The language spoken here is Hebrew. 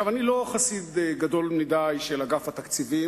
אני לא חסיד גדול מדי של אגף התקציבים.